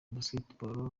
basketball